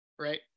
right